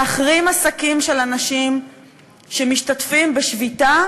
להחרים עסקים של אנשים שמשתתפים בשביתה